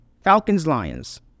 Falcons-Lions